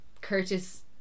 Curtis